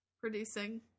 producing